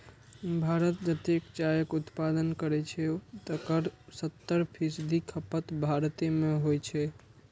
भारत जतेक चायक उत्पादन करै छै, तकर सत्तर फीसदी खपत भारते मे होइ छै